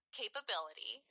capability